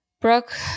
Brooke